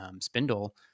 spindle